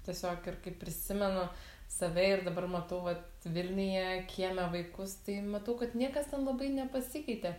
tiesiog ir kaip prisimenu save ir dabar matau vat vilniuje kieme vaikus tai matau kad niekas ten labai nepasikeitė